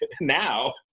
Now